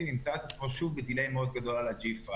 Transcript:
ימצא את עצמו שוב ב-דיליי מאוד על ה-5G.